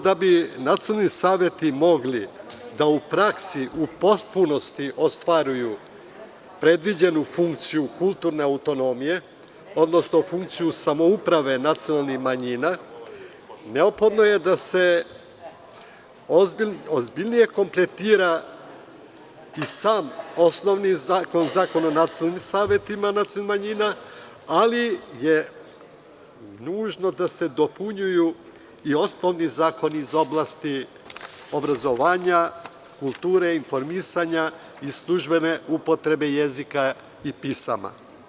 Da bi nacionalni saveti mogli u praksi da u potpunosti ostvaruju predviđenu funkciju kulturne autonomije, odnosno funkciju samouprave nacionalnih manjina, neophodno je da se kompletira osnovni Zakon o nacionalnim savetima nacionalnih manjina, ali je nužno da se dopunjuju i osnovni zakoni iz oblasti obrazovanja, kulture, informisanja i službene upotrebe jezika i pisma.